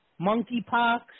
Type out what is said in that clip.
monkeypox